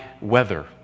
weather